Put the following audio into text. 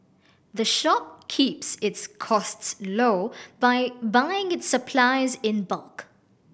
the shop keeps its costs low by buying its supplies in bulk